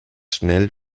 schnell